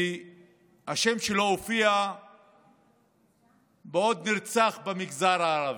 השם שלו הופיע כעוד נרצח במגזר הערבי,